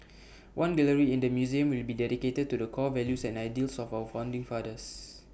one gallery in the museum will be dedicated to the core values and ideals of our founding fathers